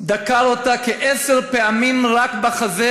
דקר אותה כעשר פעמים רק בחזה,